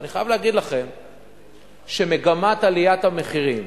אני חייב להגיד לכם שמגמת עליית המחירים